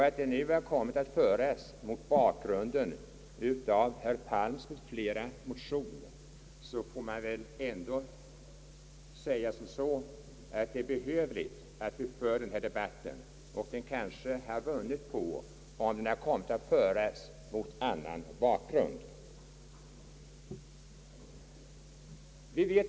När den nu har kommit att föras mot bakgrunden av herr Palms m.fl. motion får man väl säga, att det är bra att vi får föra denna debatt men att den kanske också hade vunnit på att föras mot annan och vidare bakgrund än motionen.